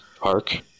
Park